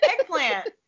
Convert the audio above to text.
eggplant